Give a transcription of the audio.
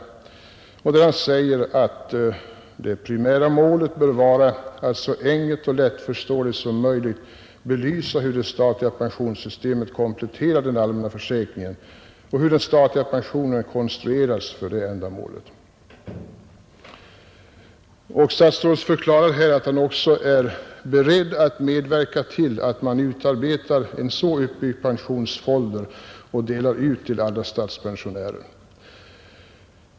Statsrådet säger: ”Det primära målet bör vara att så enkelt och lättförståeligt som möjligt belysa hur det statliga pensionssystemet kompletterar den allmänna försäkringen och hur den statliga pensionen konstruerats för det ändamålet.” Statsrådet förklarar också att han är beredd att medverka till att ”man utarbetar en så uppbyggd pensionsfolder och delar ut den till alla statspensionärer”.